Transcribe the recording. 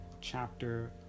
chapter